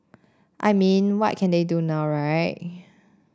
I mean what can they do now right